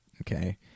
Okay